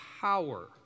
power